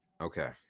Okay